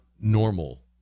normal